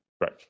right